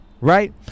Right